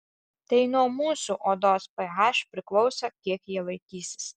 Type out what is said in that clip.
tai nuo mūsų odos ph priklauso kiek jie laikysis